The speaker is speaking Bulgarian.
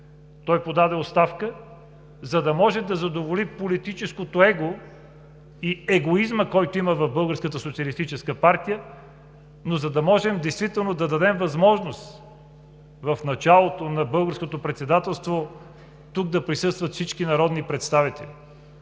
той подаде оставка, за да може да задоволи политическото его и егоизма, който има в Българската социалистическа партия, за да можем действително да дадем възможност в началото на Българското председателство тук да присъстват всички народни представители.